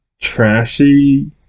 Trashy